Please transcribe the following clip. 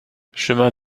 chemin